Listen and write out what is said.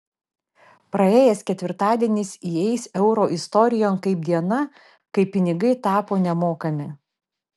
praėjęs ketvirtadienis įeis euro istorijon kaip diena kai pinigai tapo nemokami